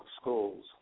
schools